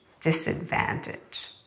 disadvantage